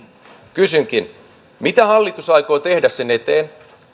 kysynkin mitä hallitus aikoo tehdä sen eteen